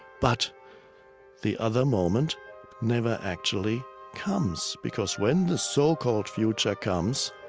but the other moment never actually comes because when the so-called future comes,